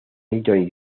newton